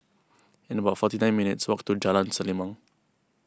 it's about forty nine minutes' walk to Jalan Selimang